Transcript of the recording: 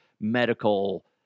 medical